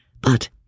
But